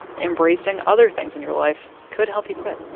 embracing other things in your life could help you quit